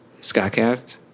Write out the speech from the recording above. Skycast